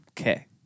Okay